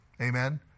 amen